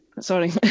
Sorry